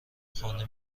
خانه